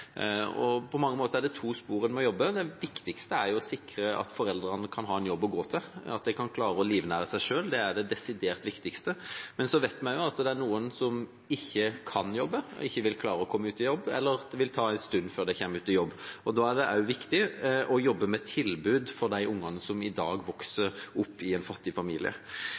På mange måter er det to spor man må jobbe med. Det viktigste er å sikre at foreldrene kan ha en jobb å gå til, at de kan klare å livnære seg selv. Det er det desidert viktigste. Så vet vi at det er noen som ikke kan jobbe, som ikke vil klare å komme ut i jobb, eller at det vil ta en stund før de kommer ut i jobb. Da er det også viktig å jobbe med tilbud til de barna som i dag vokser opp i en fattig familie.